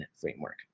framework